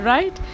Right